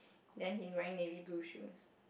then he's wearing navy blue shoes